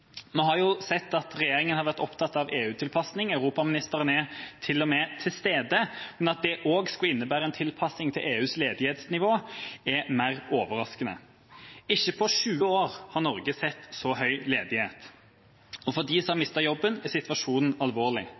Vi har jo sett at regjeringa har vært opptatt av EU-tilpasning – europaministeren er til og med til stede – men at det også skulle innebære en tilpasning til EUs ledighetsnivå, er mer overraskende. Ikke på 20 år har Norge sett så høy ledighet. For dem som har mistet jobben, er situasjonen alvorlig.